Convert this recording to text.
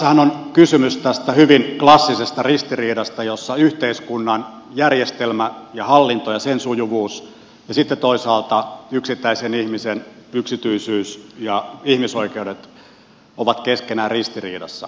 tässähän on kysymys tästä hyvin klassisesta ristiriidasta jossa yhteiskunnan järjestelmä ja hallinto ja sen sujuvuus ja sitten toisaalta yksittäisen ihmisen yksityisyys ja ihmisoikeudet ovat keskenään ristiriidassa